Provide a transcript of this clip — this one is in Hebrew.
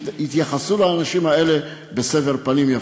ויתייחסו לאנשים האלה בסבר פנים יפות.